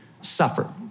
suffer